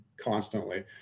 constantly